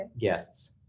guests